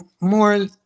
More